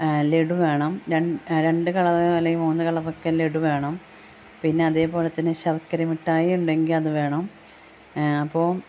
ലഡു വേണം രണ്ട് കളറോ അല്ലെങ്കില് മൂന്ന് കളറൊക്കെ ലഡു വേണം പിന്നതേ പോലെതന്നെ ശർക്കര മിട്ടായി ഉണ്ടെങ്കില് അത് വേണം അപ്പോള്